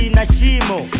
Nashimo